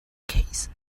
case